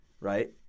right